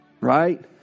right